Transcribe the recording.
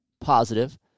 positive